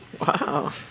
Wow